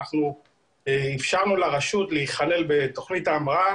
אנחנו אפשרנו לרשות להיכלל בתוכנית ההמראה